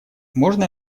можно